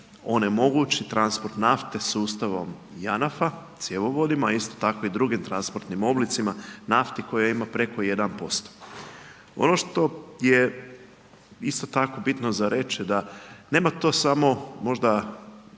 onemogući transport nafte sustavom JANAF-a, cjevovodima a isto tako i drugim transportnim oblicima nafti koje ima preko 1%. Ono što je isto tako bitno za reći da nema to samo možda